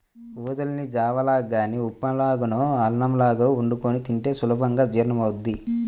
ఊదల్ని జావ లాగా గానీ ఉప్మా లాగానో అన్నంలాగో వండుకొని తింటే సులభంగా జీర్ణమవ్వుద్ది